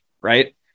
right